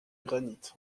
granit